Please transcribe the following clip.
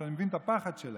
ואני מבין את הפחד שלהם,